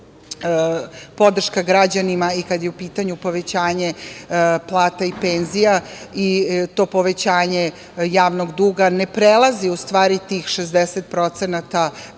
podrška građanima i kada je u pitanju povećanje plata i penzija i to povećanje javnog duga ne prelazi u stvari tih 60% BDP-a